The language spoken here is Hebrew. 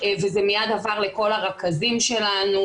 וזה מיד עבר לכל הרכזים שלנו,